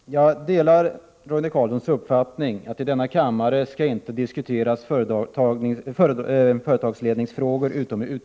Herr talman! Jag delar Roine Carlssons uppfattning att det inte i denna kammare, utom i mycket extrema fall, skall diskuteras företagsledningsfrågor.